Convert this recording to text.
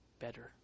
better